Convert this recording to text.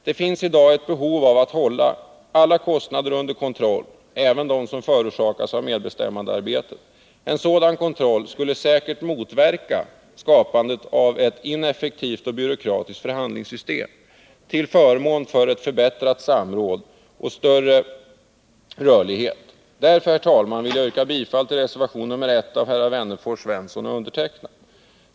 Det finns i dag behov av att hålla alla kostnader under kontroll, även dem som förorsakas av medbestämmandearbetet. En sådan kontroll skulle säkert motverka skapandet av ett ineffektivt och byråkratiskt förhandlingssystem till förmån för ett förbättrat samråd och större rörlighet. Därför, herr talman, vill jag yrka bifall till reservation nr 1 som framställts av mig och herrar Wennerfors och Svensson.